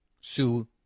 Sue